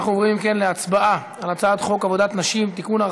אנחנו עוברים להצבעה על הצעת חוק עבודת נשים (תיקון,